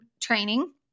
training